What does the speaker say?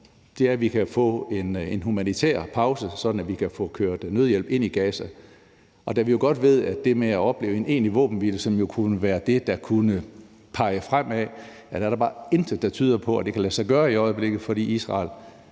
for, er, at vi kan få en humanitær pause, sådan at man kan få kørt nødhjælp ind i Gaza. Og vi ved jo godt, at det med en egentlig våbenhvile, som jo kunne være det, der kunne pege fremad, er der bare intet, der tyder på kan lade sig gøre i øjeblikket, fordi Israel